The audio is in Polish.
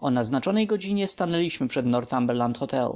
o naznaczonej godzinie stanęliśmy przed northumberland hotel